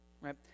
right